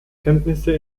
kenntnisse